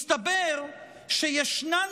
מסתבר שישנן